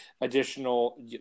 additional